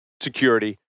security